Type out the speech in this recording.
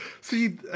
see